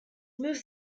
move